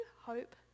hope